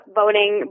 voting